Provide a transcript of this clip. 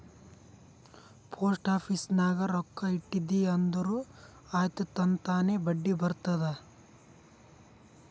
post office ನಾಗ್ ರೊಕ್ಕಾ ಇಟ್ಟಿದಿ ಅಂದುರ್ ಆಯ್ತ್ ತನ್ತಾನೇ ಬಡ್ಡಿ ಬರ್ತುದ್